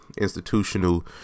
institutional